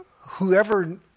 whoever